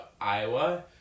Iowa